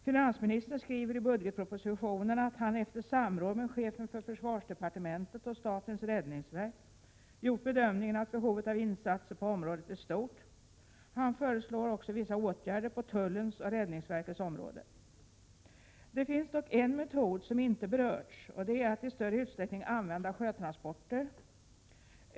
Finansministern skriver i budgetpropositionen att han efter samråd med chefen för försvarsdepartementet och statens räddningsverk gjort bedömningen att behovet av insatser på området är stort. Han föreslår också vissa åtgärder på tullens och räddningsverkets område. Det finns dock en metod som inte berörts, och det är att i större utsträckning använda sjötransporter.